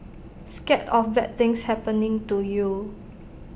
scared of bad things happening to you